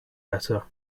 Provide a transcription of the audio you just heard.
better